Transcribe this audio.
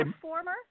former